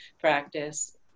practice